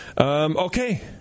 Okay